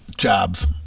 Jobs